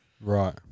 Right